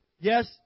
Yes